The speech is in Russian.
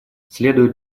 следует